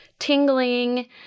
tingling